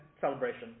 celebration